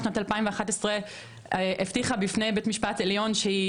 בשנת 2011 המדינה הבטיחה לבין המשפט העליון שהיא